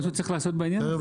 צריך לעשות משהו בעניין הזה.